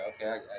okay